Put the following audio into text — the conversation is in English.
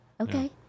Okay